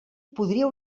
podria